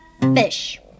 fish